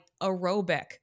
aerobic